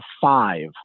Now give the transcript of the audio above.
five